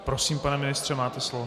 Prosím, pane ministře, máte slovo.